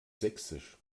sächsisch